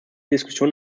diskussion